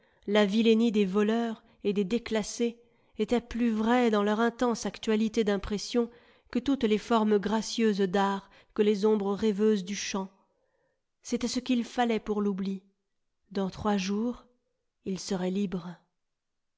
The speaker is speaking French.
la vilenie des voleurs et des déclassés étaient plus vraies dans leur intense actualité d'impression que toutes les formes gracieuses d'art que les ombres rêveuses du chant c'était ce qu'il lui fallait pour l'oubli dans trois jours il serait libre